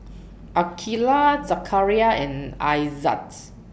Aqilah Zakaria and Aizat's